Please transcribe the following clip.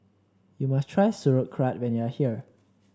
you must try Sauerkraut when you are here